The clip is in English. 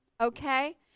okay